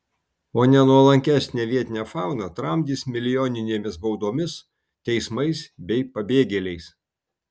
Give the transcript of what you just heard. o nenuolankesnę vietinę fauną tramdys milijoninėmis baudomis teismais bei pabėgėliais